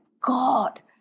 God